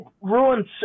ruins –